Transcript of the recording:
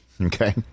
okay